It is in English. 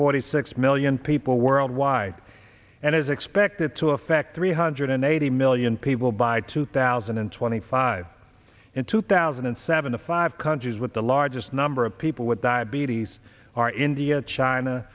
forty six million people worldwide and is expected to affect three hundred and eighty million people by two thousand and twenty five in two thousand and seven the five countries with the largest number of people with diabetes are india china